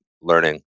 learning